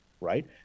Right